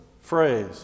phrase